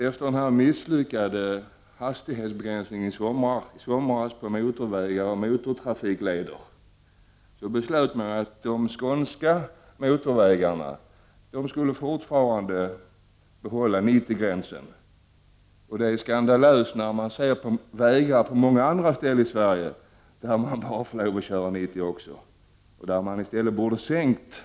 Efter den misslyckade hastighetsbegränsningen i somras på motorvägar och motortrafikleder beslutade man att på skånska motorvägar fortfarande behålla 90 gränsen. Det är skandalöst när man ser på vägar på många andra ställen i Sverige där det är tillåtet att köra 90 km i timmen då hastigheterna där i stället borde ha sänkts.